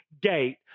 gate